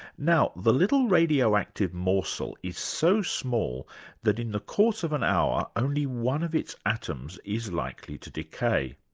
now, the little radioactive morsel is so small that in the course of an hour only one of its atoms is likely to decay.